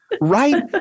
right